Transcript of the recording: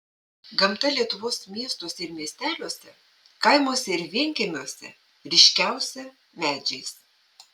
gamta lietuvos miestuose ir miesteliuose kaimuose ir vienkiemiuose ryškiausia medžiais